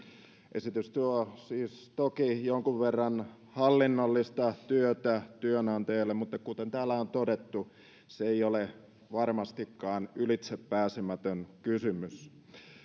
esitys tuo siis toki jonkun verran hallinnollista työtä työnantajalle mutta kuten täällä on todettu se ei ole varmastikaan ylitsepääsemätön kysymys